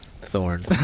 Thorn